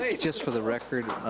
ah just for the record,